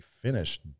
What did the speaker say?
finished